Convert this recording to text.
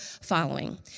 following